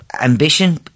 ambition